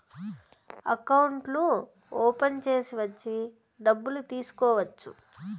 అకౌంట్లు ఓపెన్ చేసి వచ్చి డబ్బులు తీసుకోవచ్చు